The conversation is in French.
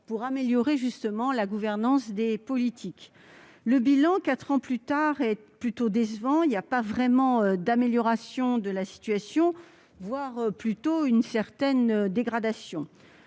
pour améliorer la gouvernance des politiques. Le bilan, quatre ans plus tard, est plutôt décevant. Il n'y a pas vraiment d'amélioration de la situation ; on constate plutôt une certaine dégradation.